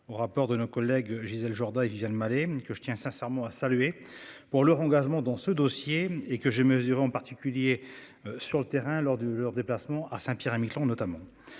au rapport de nos collègues Gisèle Jourda et Viviane Malet que je tiens sincèrement à saluer pour leur engagement dans ce dossier et que j'ai mesuré en particulier. Sur le terrain lors de leurs déplacements à Saint-Pierre-et-Miquelon, notamment